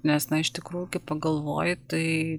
nes na iš tikrųjų kai pagalvoji tai